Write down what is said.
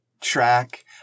track